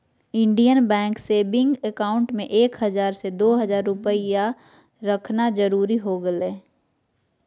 Indian bank saving account में एक हजार से दो हजार रुपया रखना जरूरी हो गेलय